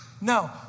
No